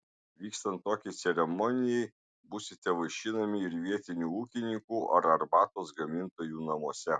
vykstant tokiai ceremonijai būsite vaišinami ir vietinių ūkininkų ar arbatos gamintojų namuose